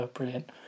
Brilliant